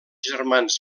germans